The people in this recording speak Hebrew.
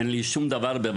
אין לי שום דבר כנגדו,